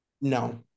No